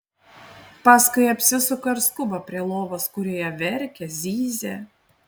paskui apsisuka ir skuba prie lovos kurioje verkia zyzia